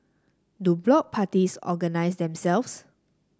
do block parties organise themselves